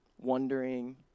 Wondering